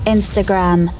Instagram